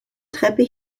treppe